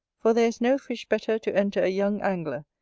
for there is no fish better to enter a young angler,